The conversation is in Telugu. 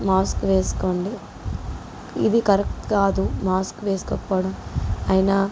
మాస్క్ వేసుకోండి ఇది కరెక్ట్ కాదు మాస్క్ వేసుకోకపోవడం అయినా